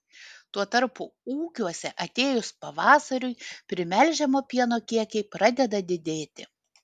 tuo tarpu ūkiuose atėjus pavasariui primelžiamo pieno kiekiai pradeda didėti